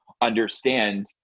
understand